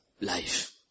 life